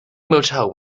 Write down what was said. motel